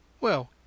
Well